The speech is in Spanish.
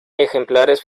ejemplares